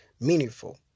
meaningful